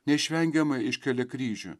neišvengiamai iškelia kryžių